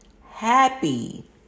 happy